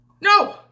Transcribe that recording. No